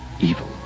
evil